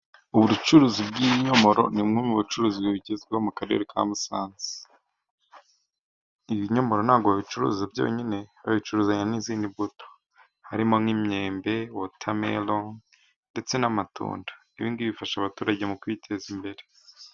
Ubucuruzi bw'inyomoro ni bumwe mu bucuruzi bugezweho mu karere ka Musanze . Ibinyomoro ntabwo babicuruza byonyine , babicuruzanya n'izindi mbuto harimo nk'imyembe , wotameroni ndetse n'amatunda. Ibi ngibi bifasha abaturage mu kwiteza imbere.